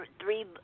three